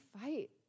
fight